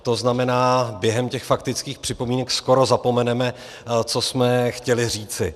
To znamená, že během těch faktických připomínek skoro zapomeneme, co jsme chtěli říci.